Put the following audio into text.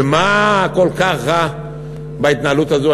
ומה כל כך רע בהתנהלות הזאת?